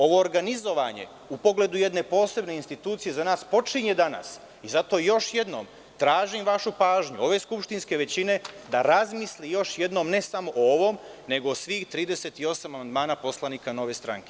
Ovo organizovanje u pogledu jedne posebne institucije za nas počinje danas i zato još jednom tražim vašu pažnju, ove skupštinske većine, da razmisli još jednom, ne samo o ovom, nego o svih 38 amandmana poslanika Nove stranke.